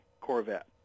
Corvette